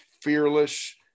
fearless